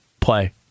play